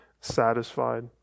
satisfied